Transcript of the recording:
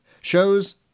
Shows